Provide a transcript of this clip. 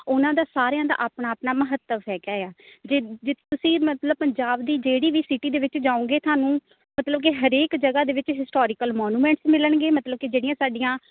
ਉਹਨਾਂ ਦਾ ਸਾਰਿਆਂ ਦਾ ਆਪਣਾ ਆਪਣਾ ਮਹੱਤਵ ਹੈਗਾ ਆ ਜੇ ਜੇ ਤੁਸੀਂ ਮਤਲਬ ਪੰਜਾਬ ਦੀ ਜਿਹੜੀ ਵੀ ਸਿਟੀ ਦੇ ਵਿੱਚ ਜਾਓਗੇ ਤੁਹਾਨੂੰ ਮਤਲਬ ਕਿ ਹਰੇਕ ਜਗ੍ਹਾ ਦੇ ਵਿੱਚ ਹਿਸਟੋਰੀਕਲ ਮੋਨੂਮੈਂਟਸ ਮਿਲਣਗੇ ਮਤਲਬ ਕਿ ਜਿਹੜੀਆਂ ਸਾਡੀਆਂ